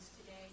today